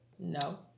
No